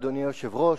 אדוני היושב-ראש,